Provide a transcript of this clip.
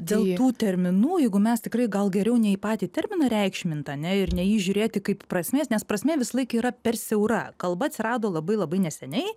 dėl tų terminų jeigu mes tikrai gal geriau ne į patį terminą reikšmint ane ir ne į jį žiūrėti kaip prasmės nes prasmė visąlaik yra per siaura kalba atsirado labai labai neseniai